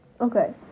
Okay